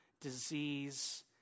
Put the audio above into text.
disease